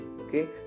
okay